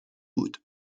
بود